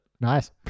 Nice